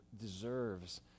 deserves